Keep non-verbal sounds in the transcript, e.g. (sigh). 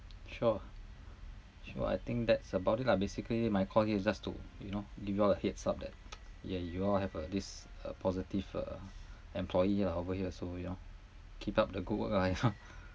sure sure I think that's about it lah basically my call here is just to you know give you all a heads up that (noise) yeah you all have uh this uh positive uh employee lah over here so you know keep up the good work ah you know